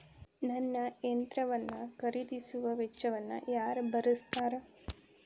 ನನ್ನ ಯಂತ್ರ ಖರೇದಿಸುವ ವೆಚ್ಚವನ್ನು ಯಾರ ಭರ್ಸತಾರ್?